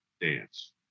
dance